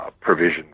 Provision